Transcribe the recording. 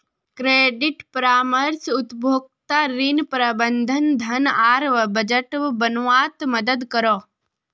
credit परामर्श उपभोक्ताक ऋण, प्रबंधन, धन आर बजट बनवात मदद करोह